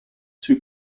too